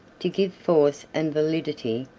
to give force and validity,